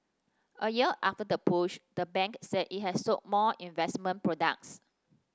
a year after the push the bank said it has sold more investment products